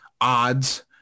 odds